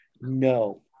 no